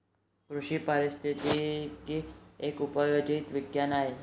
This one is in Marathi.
कृषी पारिस्थितिकी एक उपयोजित विज्ञान आहे